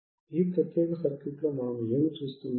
ఈ ప్రత్యేక సర్క్యూట్లో మనం ఏమి చూస్తున్నాము